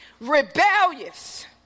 rebellious